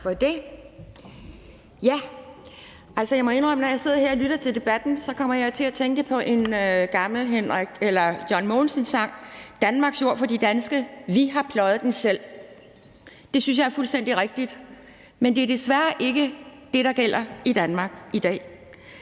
altså indrømme, at når jeg sidder her og lytter til debatten, kommer jeg til at tænke på en gammel John Mogensen-sang: »Danmarks jord for de danske/for vi har pløjet den selv.« Det synes jeg er fuldstændig rigtigt, men det er desværre ikke det, der gælder i Danmark i dag.